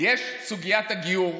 יש סוגיית הגיור,